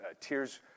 Tears